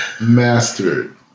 mastered